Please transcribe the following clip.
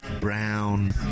brown